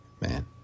man